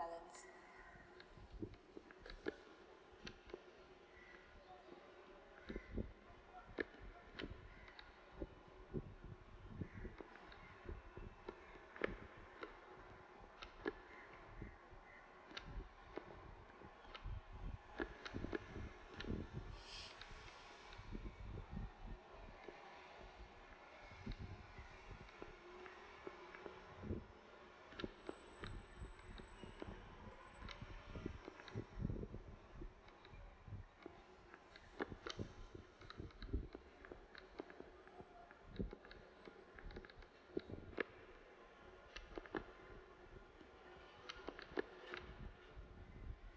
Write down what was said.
balance